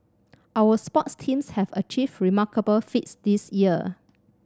our sports teams have achieved remarkable feats this year